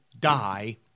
die